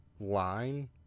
line